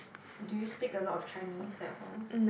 do you speak a lot of Chinese at home